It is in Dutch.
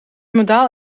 modaal